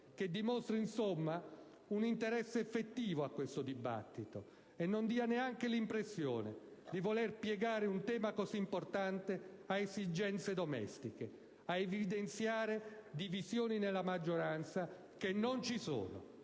Che dimostri insomma un interesse effettivo a questo dibattito e non dia neanche l'impressione di voler piegare un tema così importante a esigenze domestiche, a evidenziare divisioni nella maggioranza che non ci sono,